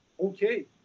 okay